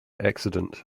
accident